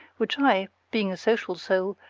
which i, being a social soul,